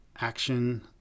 action